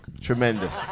Tremendous